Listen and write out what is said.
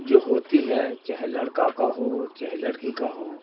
جو ہوتی ہے چاہے لڑکا کا ہو چاہے لڑکی کا ہو